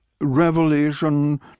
Revelation